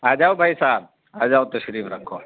آ جاؤ بھائی صاحب آ جاؤ تشریف رکھو